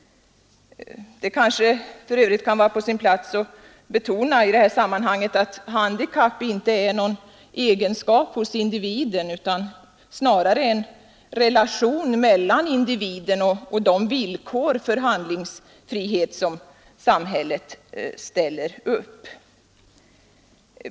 Det kanske för övrigt kan vara på sin plats att betona att handikapp inte är någon egenskap hos individen utan snarare en relation mellan individen och de villkor för handlingsfrihet som samhället ställer upp.